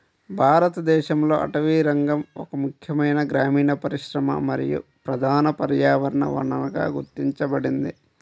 భారతదేశంలో అటవీరంగం ఒక ముఖ్యమైన గ్రామీణ పరిశ్రమ మరియు ప్రధాన పర్యావరణ వనరుగా గుర్తించబడింది